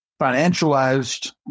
financialized